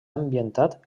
ambientat